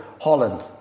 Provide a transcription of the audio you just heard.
Holland